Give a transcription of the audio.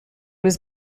was